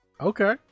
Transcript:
Okay